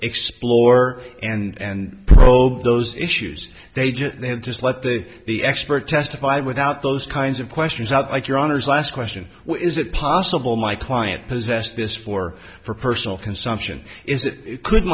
explore and probe those issues they just they just let the the expert testified without those kinds of questions out like your honour's last question is it possible my client possessed this for for personal consumption is it could